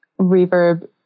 reverb